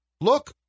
Look